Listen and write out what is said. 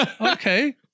okay